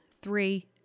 three